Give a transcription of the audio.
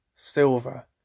silver